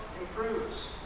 improves